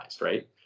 right